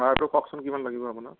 ভাড়াটো কওকচোন কিমান লাগিব আপোনাক